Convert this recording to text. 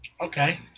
Okay